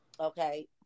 okay